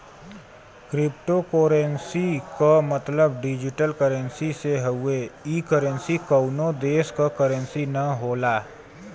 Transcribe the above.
cryptocurrency क मतलब digital currency से हउवे ई करेंसी कउनो देश क करेंसी न होला